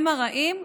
הם הרעים?